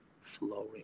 flowing